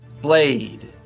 Blade